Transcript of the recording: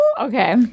Okay